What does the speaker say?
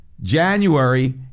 January